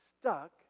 stuck